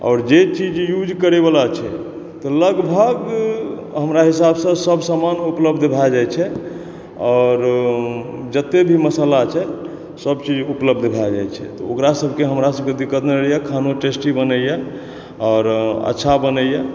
आओर जे चीज यूज़ करय वला छै लगभग हमरा हिसाब सॅं सब समान उपलब्ध भए जाइ छै आओर जतय भी मसाला छै सब चीज उपलब्ध भए जाइ छै तऽ ओकरा सबके हमरा सबके दिक्कत नहि होए यऽ खानो टेस्टी बनैया आओर अच्छा बनैया